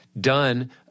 done